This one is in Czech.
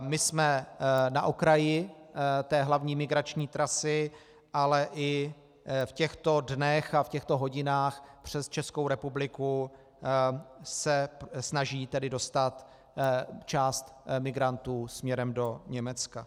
My jsme na okraji té hlavní migrační trasy, ale i v těchto dnech a v těchto hodinách se přes Českou republiku snaží dostat část migrantů směrem do Německa.